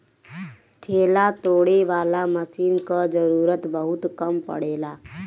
ढेला तोड़े वाला मशीन कअ जरूरत बहुत कम पड़ेला